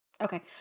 Okay